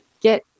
get